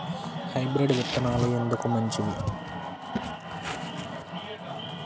Hybrid విత్తనాలు ఎందుకు మంచివి?